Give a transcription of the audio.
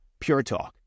PureTalk